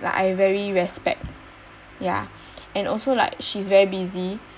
like I very respect ya and also like she's very busy